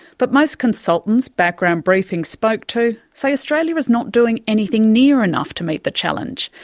but most consultants background briefing spoke to say australia is not doing anything near enough to meet the challenge.